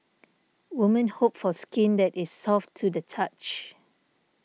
women hope for skin that is soft to the touch